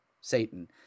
Satan